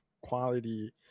quality